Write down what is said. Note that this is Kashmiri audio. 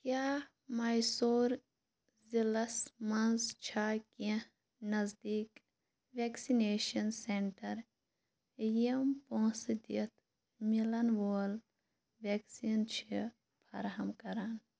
کیٛاہ مایسور ضِلعس منٛز چھا کیٚنٛہہ نزدیٖک وٮ۪کسِنیشَن سٮ۪نٛٹَر یِم پونٛسہٕ دِتھ میلن وول وٮ۪کسیٖن چھِ فراہَم کران